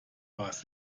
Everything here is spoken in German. was